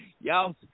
y'all